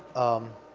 um,